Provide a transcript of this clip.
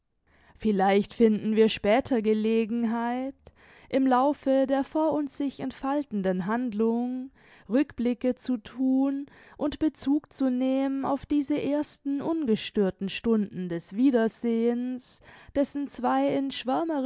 vielleicht finden wir später gelegenheit im laufe der vor uns sich entfaltenden handlung rückblicke zu thun und bezug zu nehmen auf diese ersten ungestörten stunden des wiedersehens dessen zwei in